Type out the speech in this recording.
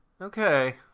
okay